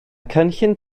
cynllun